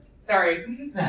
Sorry